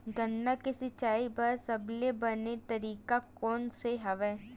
गन्ना के सिंचाई बर सबले बने तरीका कोन से हवय?